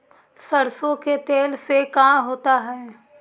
सरसों के तेल से का होता है?